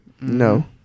No